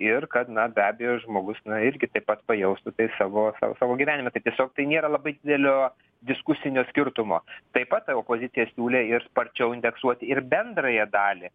ir kad na be abejo žmogus na irgi taip pat pajaustų savo savo savo gyvenime tai tiesiog tai nėra labai didelio diskusinio skirtumo taip pat opozicija siūlė ir sparčiau indeksuoti ir bendrąją dalį